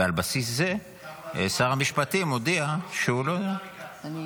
ועל בסיס זה -- ייקח לה זמן ---- שר המשפטים הודיע שהוא לא --- גם